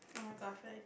no I got feel like